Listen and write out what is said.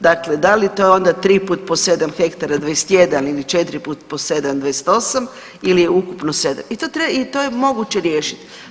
Dakle, da li je to onda 3 puta po 7 hektara 21 ili 4 puta po 7, 28 ili je ukupno 7 i to je moguće riješiti.